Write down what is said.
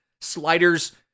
Sliders